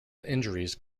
injuries